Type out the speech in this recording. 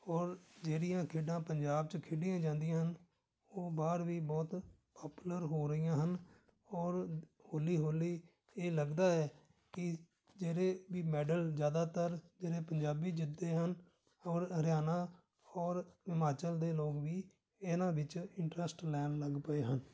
ਔਰ ਜਿਹੜੀਆਂ ਖੇਡਾਂ ਪੰਜਾਬ 'ਚ ਖੇਡੀਆਂ ਜਾਂਦੀਆਂ ਹਨ ਉਹ ਬਾਹਰ ਵੀ ਬਹੁਤ ਪਾਪੂਲਰ ਹੋ ਰਹੀਆਂ ਹਨ ਔਰ ਹੌਲੀ ਹੌਲੀ ਇਹ ਲੱਗਦਾ ਹੈ ਕਿ ਜਿਹੜੇ ਵੀ ਮੈਡਲ ਜ਼ਿਆਦਾਤਰ ਜਿਹੜੇ ਪੰਜਾਬੀ ਜਿੱਤਦੇ ਹਨ ਔਰ ਹਰਿਆਣਾ ਔਰ ਹਿਮਾਚਲ ਦੇ ਲੋਕ ਵੀ ਇਹਨਾਂ ਵਿੱਚ ਇੰਟਰਸਟ ਲੈਣ ਲੱਗ ਪਏ ਹਨ